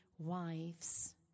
wives